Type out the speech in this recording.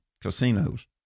casinos